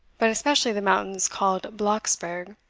but especially the mountains called blocksberg,